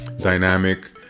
dynamic